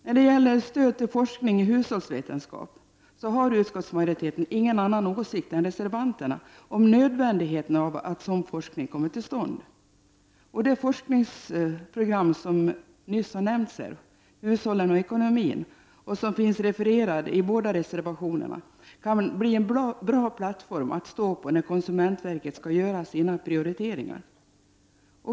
När det gäller stöd till forskning i hushållsvetenskap har utskottsmajoriteten ingen annan åsikt än reservanterna om nödvändigheten av att sådan forskning kommer till stånd. Det forskningsprogram som nyss nämndes här, ”Hushållen och ekonomin”, och som finns refererat i båda reservationerna kan bli en bra plattform att stå på när konsumentverket skall göra sina prioriteringar.